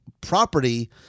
property